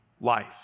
life